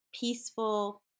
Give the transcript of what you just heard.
peaceful